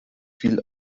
viel